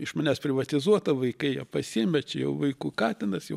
iš manęs privatizuota vaikai ją pasiėmė čia jau vaikų katinas jau